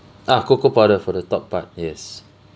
ah cocoa powder for the top part yes